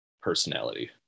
personality